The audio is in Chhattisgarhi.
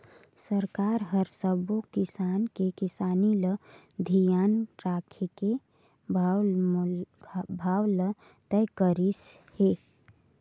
सरकार हर सबो किसान के किसानी ल धियान राखके भाव ल तय करिस हे